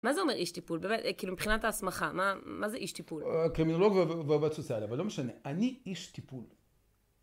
מה זה אומר איש טיפול? כאילו מבחינת ההסמכה, מה זה איש טיפול? קרימינולוג ועובד סוציאלי, אבל לא משנה, אני איש טיפול.